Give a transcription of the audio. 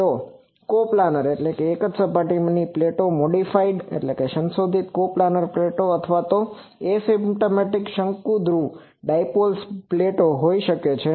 તે કોપ્લાનરCo Planarએક જ સપાટીમાં પ્લેટો મોડીફાઈડ Modifiedસંશોધિત કોપ્લાનર પ્લેટો અથવા એસિમ્પટોટિક શંકુદ્રુ ડાઇપોલ પ્લેટો હોઈ શકે છે